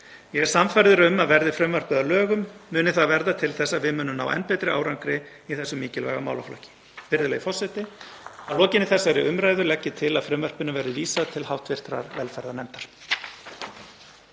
Ég er sannfærður um að verði frumvarpið að lögum muni það verða til þess að við munum ná enn betri árangri í þessum mikilvæga málaflokki. Virðulegi forseti. Að lokinni þessari umræðu legg ég til að frumvarpinu verði vísað til hv. velferðarnefndar.